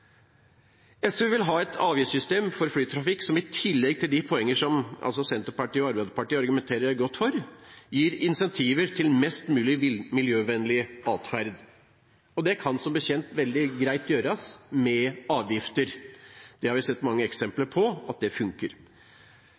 SV vil ha et avgiftssystem for flytrafikk som i tillegg til de poenger som Senterpartiet og Arbeiderpartiet argumenterer godt for, gir incentiver til mest mulig miljøvennlig atferd. Det kan som kjent veldig greit gjøres med avgifter. Vi har sett mange eksempler på at det funker.